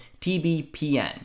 TBPN